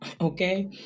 Okay